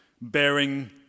bearing